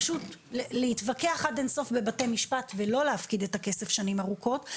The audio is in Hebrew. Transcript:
פשוט להתווכח עד אין סוף בבתי משפט ולא להפקיד את הכסף שנים ארוכות.